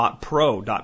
Pro